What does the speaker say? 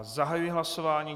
Zahajuji hlasování.